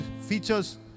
features